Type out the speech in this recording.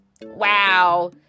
Wow